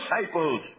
disciples